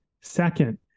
Second